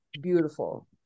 beautiful